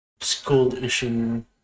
school-issue